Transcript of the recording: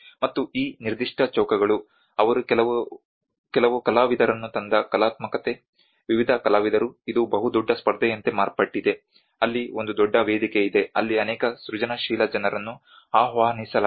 ಮತ್ತು ಈ ನಿರ್ದಿಷ್ಟ ಚೌಕಗಳು ಅವರು ಕೆಲವು ಕಲಾವಿದರನ್ನು ತಂದ ಕಲಾತ್ಮಕತೆ ವಿವಿಧ ಕಲಾವಿದರು ಇದು ಬಹುದೊಡ್ಡ ಸ್ಪರ್ಧೆಯಂತೆ ಮಾರ್ಪಟ್ಟಿದೆ ಅಲ್ಲಿ ಒಂದು ದೊಡ್ಡ ವೇದಿಕೆ ಇದೆ ಅಲ್ಲಿ ಅನೇಕ ಸೃಜನಶೀಲ ಜನರನ್ನು ಆಹ್ವಾನಿಸಲಾಗಿದೆ